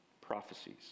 prophecies